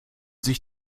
sich